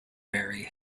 very